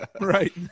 Right